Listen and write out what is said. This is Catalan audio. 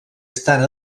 estan